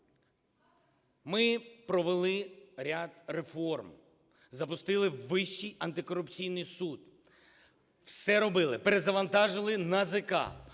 Ми провели ряд реформ, запустили Вищий антикорупційний суд, все робили: перезавантажили НАЗК,